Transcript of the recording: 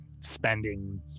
spending